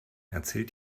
erzählt